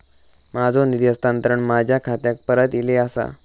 माझो निधी हस्तांतरण माझ्या खात्याक परत इले आसा